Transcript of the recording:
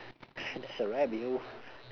that's a wrap yo